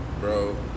Bro